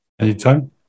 Anytime